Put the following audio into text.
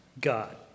God